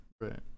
right